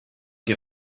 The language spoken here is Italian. che